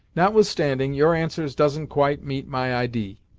notwithstanding, your answers doesn't quite meet my idee.